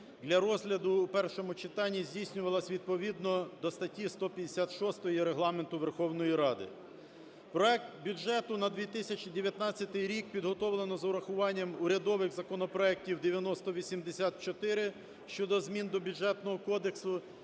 для розгляду в першому читанні здійснювалась відповідно до статті 156 Регламенту Верховної Ради. Проект бюджету на 2019 рік підготовлено з урахуванням урядових законопроектів 9084 - щодо змін до Бюджетного кодексу